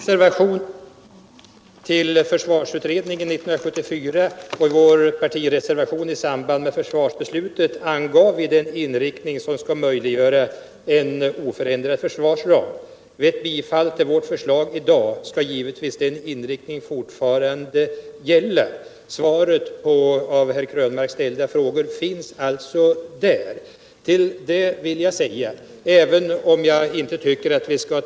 Herr talman! I vår reservation till försvarsutredningen 1974 och i vår partireservation i samband med försvarsbeslutet angav vi en inriktning som skulle möjliggöra en oförändrad försvarsram. Efter out bifall till vårt förslag i dag skall den inriktningen givetvis fortfarande gälla. Svaret på de av herr Krönmark ställda frågorna finns alltså där. Även om jag inte tycker att vi skal!